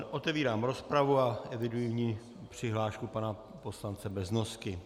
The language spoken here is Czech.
Otevírám rozpravu a eviduji v ní přihlášku pana poslance Beznosky.